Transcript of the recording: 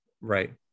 Right